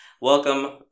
welcome